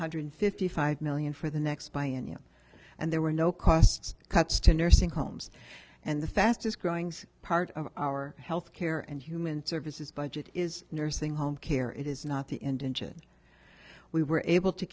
hundred fifty five million for the next by india and there were no costs cuts to nursing homes and the fastest growing part of our health care and human services budget is nursing home care it is not the end engine we were able to